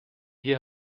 hier